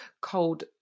cold